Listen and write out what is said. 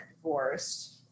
divorced